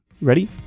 Ready